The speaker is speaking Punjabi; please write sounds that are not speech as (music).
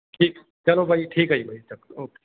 ਠੀਕ ਚਲੋ ਬਾਈ ਠੀਕ ਹੈ ਜੀ ਬਾਈ (unintelligible) ਓਕੇ